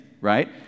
right